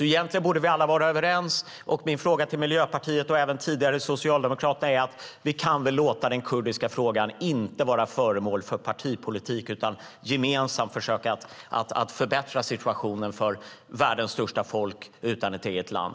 Egentligen borde vi därför alla vara överens. Min fråga till Miljöpartiet och även till Socialdemokraterna tidigare är: Vi kan väl låta bli att göra den kurdiska frågan till föremål för partipolitik, utan gemensamt försöka förbättra situationen för världens största folk utan ett eget land?